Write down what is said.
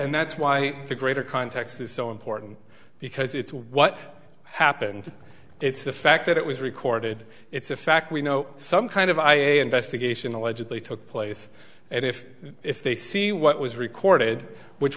and that's why the greater context is so important because it's what happened it's the fact that it was recorded it's a fact we know some kind of i investigate in allegedly took place and if if they see what was recorded which